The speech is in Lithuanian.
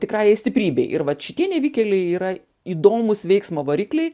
tikrajai stiprybei ir vat šitie nevykėliai yra įdomūs veiksmo varikliai